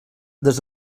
des